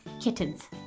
Kittens